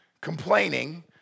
complaining